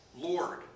Lord